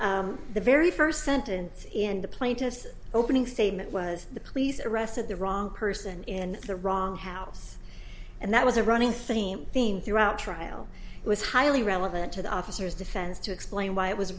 irrelevant the very first sentence in the plaintiff's opening statement was the police arrested the wrong person in the wrong house and that was a running theme theme throughout trial it was highly relevant to the officers defense to explain why it was